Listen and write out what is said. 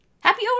Happy